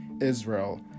israel